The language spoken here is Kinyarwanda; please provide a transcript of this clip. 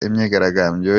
imyigaragambyo